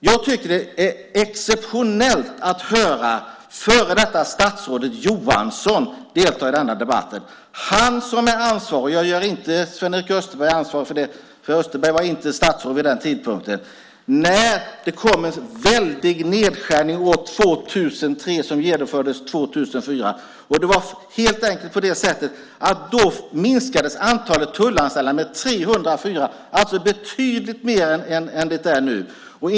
Jag tycker att det är exceptionellt att höra det före detta statsrådet Johansson delta i denna debatt. Han var ansvarig - jag gör inte Sven-Erik Österberg ansvarig för det, eftersom Österberg inte var statsråd vid den tidpunkten - när det kom en väldig nedskärning år 2003 som genomfördes 2004. Då minskades helt enkelt antalet tullanställda med 304, alltså betydligt mer än det är fråga om nu.